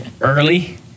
early